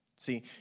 See